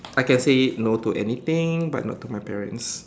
I can say no to anything but not to my parents